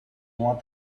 want